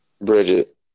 Bridget